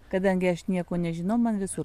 kadangi aš nieko nežinau man visur